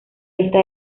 lista